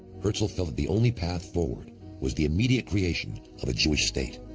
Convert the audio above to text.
herzl felt that the only path forward was the immediate creation of a jewish state.